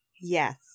Yes